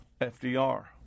FDR